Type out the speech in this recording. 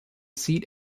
seat